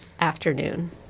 afternoon